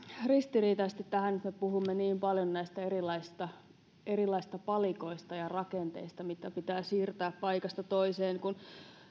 ristiriitaisesti tähän että me puhumme niin paljon näistä erilaisista palikoista ja rakenteista joita pitää siirtää paikasta toiseen kun